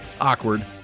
awkward